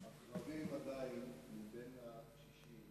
אך עדיין רבים מהקשישים